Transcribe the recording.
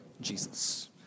Jesus